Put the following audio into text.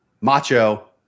Macho